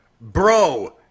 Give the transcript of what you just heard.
Bro